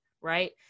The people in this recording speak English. right